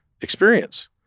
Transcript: experience